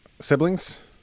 siblings